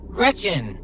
Gretchen